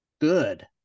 good